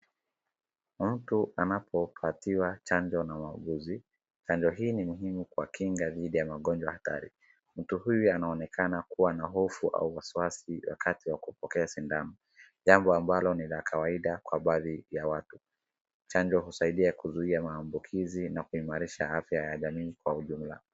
Mtu anapopatiwa chanjo na wauguzi. Chanjo hii ni muhimu kwa kinga dhidi ya magonjwa hatari. Mtu huyu anaonekana kuwa na hofu au wasiwasi wakati wa kupokea sindano, jambo ambalo ni kawaida kwa baadhi ya watu. Chanjo husaidia kuzuia maambukizi na kuimarisha afya ya jamii kwa ujumla.